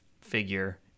figure